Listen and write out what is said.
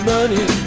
Money